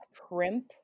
crimp